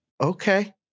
okay